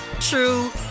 true